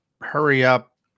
hurry-up